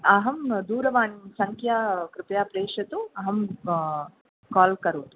अहं दूरवाणीसङ्ख्यां कृपया प्रेषयतु अहं काल् करोतु